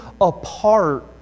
apart